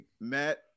Matt